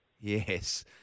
yes